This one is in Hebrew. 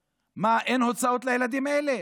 מה, אין הוצאות על הילדים האלה?